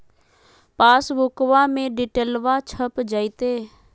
पासबुका में डिटेल्बा छप जयते?